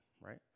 right